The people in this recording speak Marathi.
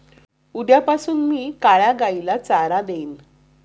उद्यापासून मी काळ्या गाईला चारा देईन